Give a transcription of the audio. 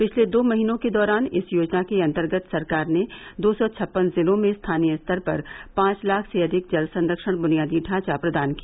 पिछले दो महीनों के दौरान इस योजना के अंतर्गत सरकार ने दो सौ छप्पन जिलों में स्थानीय स्तर पर पांच लाख से अधिक जल संरक्षण बुनियादी ढांचा प्रदान किया